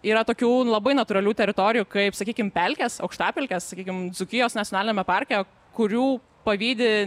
yra tokių labai natūralių teritorijų kaip sakykim pelkės aukštapelkės sakykim dzūkijos nacionaliniame parke kurių pavydi